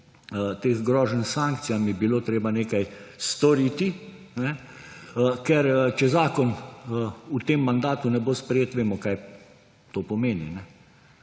teh groženj s sankcijami bilo treba nekaj storiti, ker če zakon v tem mandatu ne bo sprejet, vemo, kaj to pomeni.